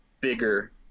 bigger